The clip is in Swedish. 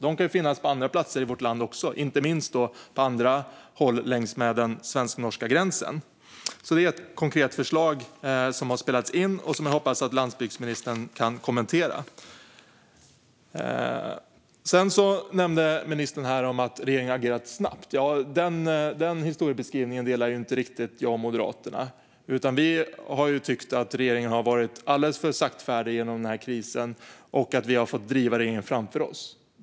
De kan finnas på andra platser i vårt land också, inte minst på andra håll längs den svensk-norska gränsen. Det är ett konkret förslag som har spelats in och som jag hoppas att landsbygdsministern kan kommentera. Ministern nämnde att regeringen har agerat snabbt. Den historiebeskrivningen delar inte jag och Moderaterna riktigt, utan vi tycker att regeringen har varit alldeles för saktfärdig genom krisen och att vi har fått driva regeringen framför oss.